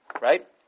Right